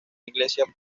iglesia